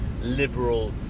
Liberal